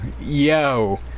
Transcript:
Yo